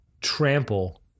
trample